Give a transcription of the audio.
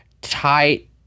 tight